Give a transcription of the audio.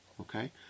okay